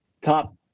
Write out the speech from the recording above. top